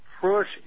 push